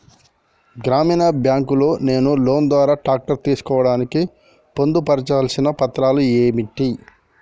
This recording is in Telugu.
గ్రామీణ బ్యాంక్ లో నేను లోన్ ద్వారా ట్రాక్టర్ తీసుకోవడానికి పొందు పర్చాల్సిన పత్రాలు ఏంటివి?